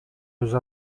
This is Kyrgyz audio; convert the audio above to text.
өзү